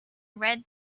red